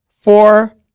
Four